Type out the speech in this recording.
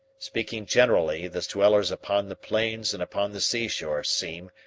speaking generally, the dwellers upon the plains and upon the seashore seem,